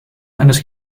eines